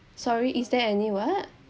sorry is there any what